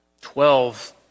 twelve